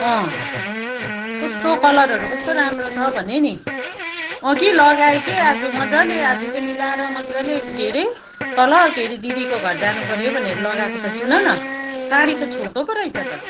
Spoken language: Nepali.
कस्तो कलरहरू कस्तो राम्रो छ भने नि अँ कि लगाएँ कि आज मजाले आज चाहिँ मिलाएर मजाले के अरे तल के अरे दिदीको घर जानु पऱ्यो भनेर लगाएको त सुन न सारी त छोटो पो रहेछ त